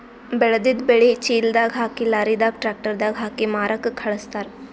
ಬೆಳೆದಿದ್ದ್ ಬೆಳಿ ಚೀಲದಾಗ್ ಹಾಕಿ ಲಾರಿದಾಗ್ ಟ್ರ್ಯಾಕ್ಟರ್ ದಾಗ್ ಹಾಕಿ ಮಾರಕ್ಕ್ ಖಳಸ್ತಾರ್